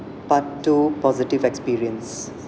part two positive experience